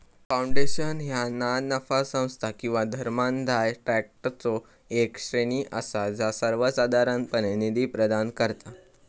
foundation ह्या ना नफा संस्था किंवा धर्मादाय ट्रस्टचो येक श्रेणी असा जा सर्वोसाधारणपणे निधी प्रदान करता